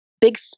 big